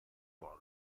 volte